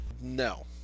No